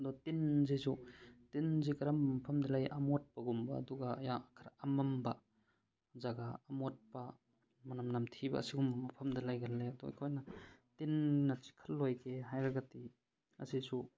ꯑꯗꯣ ꯇꯤꯟꯁꯤꯁꯨ ꯇꯤꯟꯁꯤ ꯀꯔꯝꯕ ꯃꯐꯝꯗ ꯂꯩ ꯑꯃꯣꯠꯄꯒꯨꯝꯕ ꯑꯗꯨꯒ ꯈꯔ ꯑꯃꯝꯕ ꯖꯒꯥ ꯑꯃꯣꯠꯄ ꯃꯅꯝ ꯅꯝꯊꯤꯕ ꯑꯁꯤꯒꯨꯝꯕ ꯃꯐꯝꯗ ꯂꯩꯒꯜꯂꯤ ꯑꯗꯨ ꯑꯩꯈꯣꯏꯅ ꯇꯤꯟꯅ ꯆꯤꯛꯍꯜꯂꯣꯏꯒꯦ ꯍꯥꯏꯔꯒꯗꯤ ꯑꯁꯤꯁꯨ